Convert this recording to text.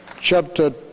chapter